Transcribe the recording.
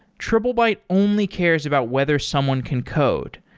triplebyte only cares about whether someone can code.